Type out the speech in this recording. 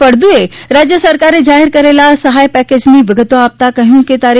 ફળદુએ રાજ્ય સરકારે જાહેર કરેલા આ સહાય પેકેજની વિગતો આપતાં કહ્યું કે તા